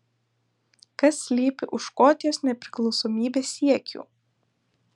kas slypi už škotijos nepriklausomybės siekių